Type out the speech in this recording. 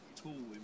tool